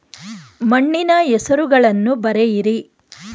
ಮಣ್ಣಿನ ಹೆಸರುಗಳನ್ನು ಬರೆಯಿರಿ